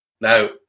Now